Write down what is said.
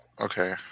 Okay